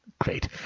Great